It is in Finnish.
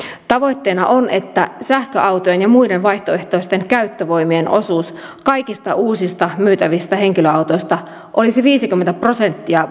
tavoitteena on että sähköautojen ja muiden vaihtoehtoisten käyttövoimien osuus kaikista uusista myytävistä henkilöautoista olisi viisikymmentä prosenttia